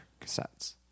cassettes